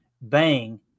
bang